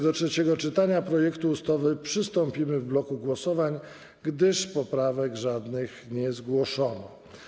Do trzeciego czytania projektu ustawy przystąpimy w bloku głosowań, gdyż poprawek żadnych nie zgłoszono.